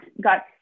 got